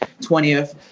20th